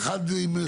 ואחד עם סמכות חלקית.